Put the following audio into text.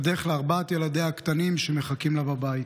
בדרך לארבעת ילדיה הקטנים שמחכים לה בבית.